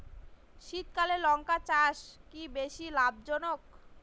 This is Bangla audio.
শীতকালে লঙ্কা চাষ কি বেশী লাভজনক?